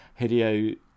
Hideo